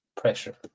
Pressure